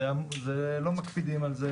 לא מקפידים על זה,